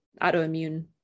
autoimmune